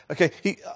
Okay